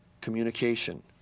communication